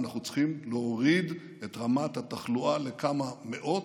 ואנחנו צריכים להוריד את רמת התחלואה לכמה מאות,